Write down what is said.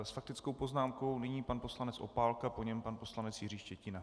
S faktickou poznámkou nyní pan poslanec Opálka, po něm pan poslanec Jiří Štětina.